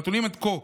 מהטיעונים עד כה,